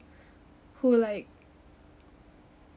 who like